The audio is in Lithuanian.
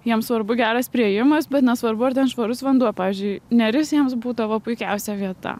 jiems svarbu geras priėjimas bet nesvarbu ar ten švarus vanduo pavyzdžiui neris jiems būdavo puikiausia vieta